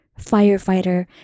firefighter